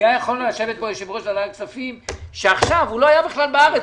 היה יכול לשבת פה יושב-ראש ועדת הכספים שעכשיו הוא לא היה בכלל בארץ,